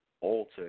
alter